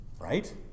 right